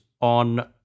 on